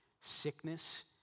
sickness